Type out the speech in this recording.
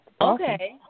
Okay